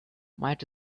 might